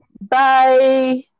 Bye